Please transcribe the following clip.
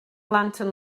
lantern